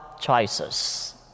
choices